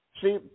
See